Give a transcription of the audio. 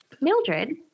Mildred